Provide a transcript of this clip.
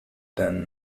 then